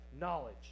Knowledge